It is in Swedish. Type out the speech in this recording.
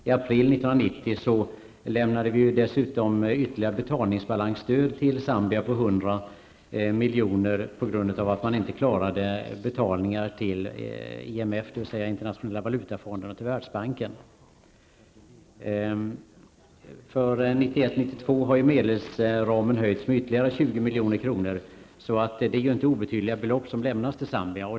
I april år 1990 lämnade vi dessutom ytterligare betalningsbalansstöd till Zambia på 100 miljoner, eftersom man inte klarade betalningar till internationella valutafonden, IMF, och Världsbanken. För 1991/92 har medelsramen utökats med ytterligare 20 milj.kr. Det är alltså inte obetydliga belopp som lämnas till Zambia.